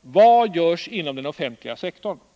Vad görs inom den offentliga sektorn?